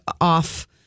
off